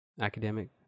academic